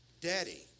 daddy